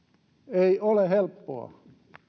ei ole helppoa